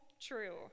true